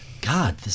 God